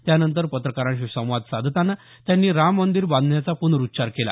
त्यानंतर पत्रकारांशी संवाद साधताना त्यांनी राम मंदीर बांधण्याचा प्नरुच्चार केला